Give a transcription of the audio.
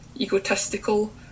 egotistical